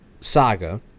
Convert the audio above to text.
saga